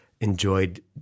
enjoyed